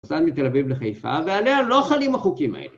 מתל אביב לחיפה, ועליה לא חלים החוקים האלה.